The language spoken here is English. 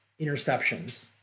interceptions